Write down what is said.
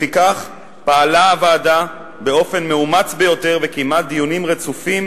לפיכך פעלה הוועדה באופן מאומץ ביותר וקיימה דיונים רצופים,